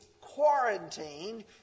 quarantined